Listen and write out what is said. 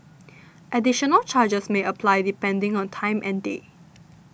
additional charges may apply depending on time and day